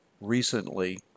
recently